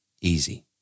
Easy